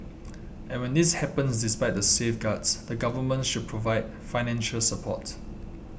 and when this happens despite the safeguards the Government should provide financial support